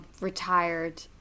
Retired